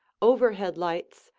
overhead lights,